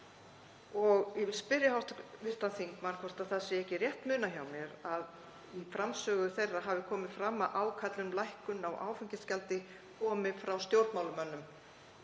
Og ég vil spyrja hv. þingmann hvort það sé ekki rétt munað hjá mér að í framsögu þeirra hafi komið fram að ákall um lækkun á áfengisgjaldi komi frá stjórnmálamönnum